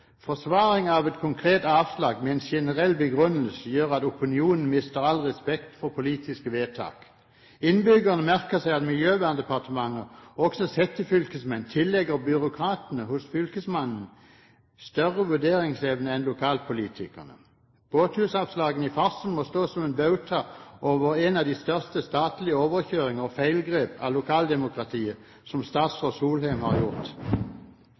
Forsvaring av et konkret avslag med en generell begrunnelse gjør at opinionen mister all respekt for politiske vedtak. Innbyggerne merker seg at Miljøverndepartementet og også settefylkesmenn tillegger byråkratene hos fylkesmannen større vurderingsevne enn lokalpolitikerne. Båthusavslagene i Farsund må stå som en bauta over en av de største statlige overkjøringer og feilinngrep i lokaldemokratiet som statsråd Solheim har gjort.